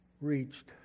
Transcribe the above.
reached